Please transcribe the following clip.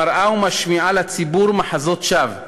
מראה ומשמיעה לציבור מחזות שווא.